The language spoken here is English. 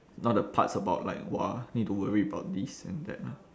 not the parts about like !wah! need to worry about this and that lah